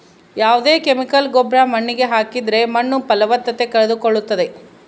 ಯಾವ್ದೇ ಕೆಮಿಕಲ್ ಗೊಬ್ರ ಮಣ್ಣಿಗೆ ಹಾಕಿದ್ರೆ ಮಣ್ಣು ಫಲವತ್ತತೆ ಕಳೆದುಕೊಳ್ಳುತ್ತದೆ